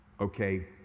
okay